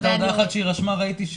הייתה הודעה אחת שהיא רשמה: ראיתי,